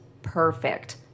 Perfect